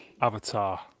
Avatar